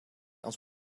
ons